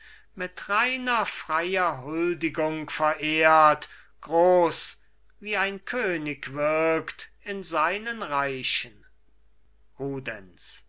mit reiner freier huldigung verehrt gross wie ein könig wirkt in seinen reichen